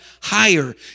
higher